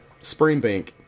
Springbank